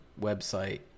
website